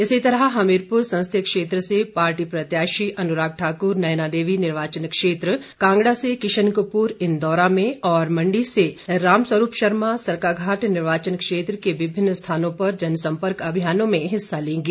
इसी तरह हमीरपुर संसदीय क्षेत्र के पार्टी प्रत्याशी अनुराग ठाक्र नयना देवी निर्वाचन क्षेत्र कांगड़ा से किशन कपूर इन्दौरा और मंडी से रामस्वरूप शर्मा सरकाघाट निर्वाचन क्षेत्र के विभिन्न स्थानों पर जनसम्पर्क अभियानों में हिस्सा लेंगे